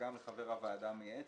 וגם לחבר הוועדה המייעצת,